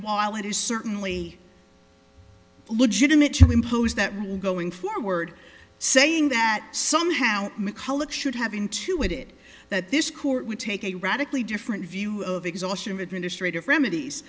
while it is certainly legitimate to impose that going forward saying that somehow macculloch should have in to it it that this court would take a radically different view of exhaustion of administrative remedies